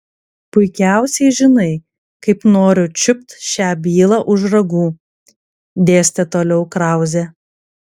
puikiausiai žinai kaip noriu čiupt šią bylą už ragų dėstė toliau krauzė